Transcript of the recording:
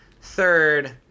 Third